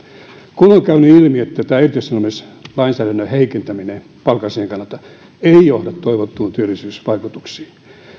kun on käynyt ilmi että tämä irtisanomislainsäädännön heikentäminen palkansaajien kannalta ei johda toivottuihin työllisyysvaikutuksiin